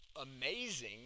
amazing